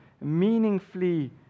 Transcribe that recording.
meaningfully